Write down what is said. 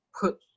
put